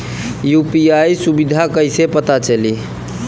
UPI सुबिधा कइसे पता चली?